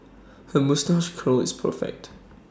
her moustache curl is perfect